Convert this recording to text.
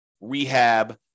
rehab